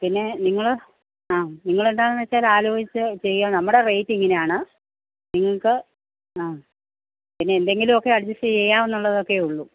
പിന്നെ നിങ്ങൾ ആ നിങ്ങളെന്താന്ന് വെച്ചാൽ ആലോചിച്ച് ചെയ്യുക നമ്മുടെ റേറ്റ് ഇങ്ങനെയാണ് നിങ്ങൾക്ക് ആ പിന്നെ എന്തെങ്കിലൊക്കെ അഡ്ജസ്റ്റ് ചെയ്യാന്നുള്ളതൊക്കെ ഉള്ളു